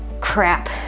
crap